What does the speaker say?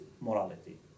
morality